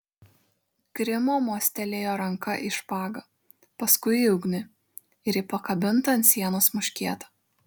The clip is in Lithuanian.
grimo mostelėjo ranka į špagą paskui į ugnį ir į pakabintą ant sienos muškietą